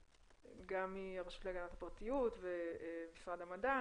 גם מהרשות להגנת הפרטיות ומשרד המדע.